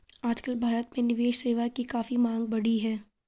आजकल भारत में निवेश सेवा की काफी मांग बढ़ी है